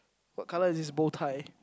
what colour is his bowtie